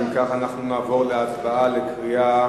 אם כך, נעבור להצבעה בקריאה